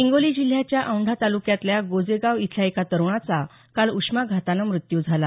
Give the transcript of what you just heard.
हिंगोली जिल्ह्याच्या औंढा तालुक्यातल्या गोजेगाव इथल्या एका तरुणाचा काल उष्माघातानं मृत्यू झाला